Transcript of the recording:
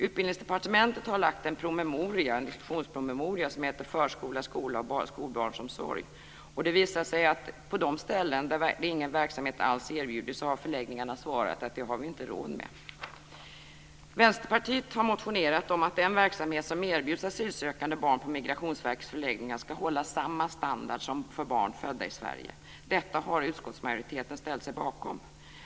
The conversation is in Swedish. Utbildningsdepartementet har lagt fram en promemoria som heter Förskola, skola och skolbarnsomsorg för asylsökande barn. Det visar sig att på de ställen där ingen verksamhet alls erbjudits har förläggningarna svarat att det har vi inte råd med. Vänsterpartiet har motionerat om att den verksamhet som erbjuds asylsökande barn på Migrationsverkets förläggningar ska hålla samma standard som för barn födda i Sverige. Detta har utskottsmajoriteten ställt sig bakom.